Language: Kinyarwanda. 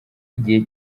igihe